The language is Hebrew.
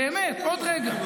באמת, עוד רגע.